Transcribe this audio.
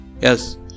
Yes